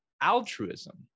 altruism